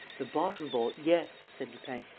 the bottom bolt, yes, said lupin.